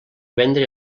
vendre